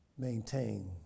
Maintain